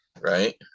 Right